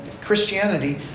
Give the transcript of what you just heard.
Christianity